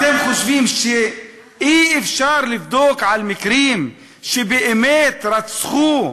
אתם חושבים שאי-אפשר לבדוק לגבי מקרים שבאמת רצחו,